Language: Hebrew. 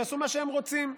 שיעשו מה שהם רוצים.